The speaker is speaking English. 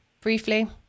briefly